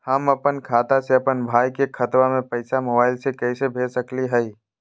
हम अपन खाता से अपन भाई के खतवा में पैसा मोबाईल से कैसे भेज सकली हई?